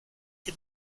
the